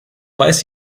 weiß